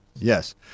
Yes